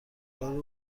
دلار